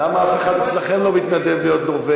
למה אף אחד אצלכם לא מתנדב להיות נורבגי?